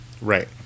Right